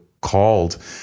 called